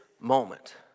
moment